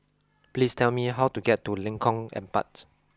please tell me how to get to Lengkong Empat